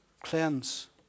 Cleanse